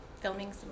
filming